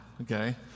Okay